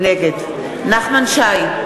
נגד נחמן שי,